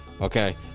okay